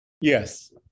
yes